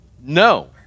No